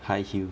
high heel